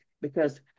Because-